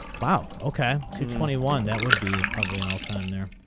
wow okay two twenty one that would be a probably an all time there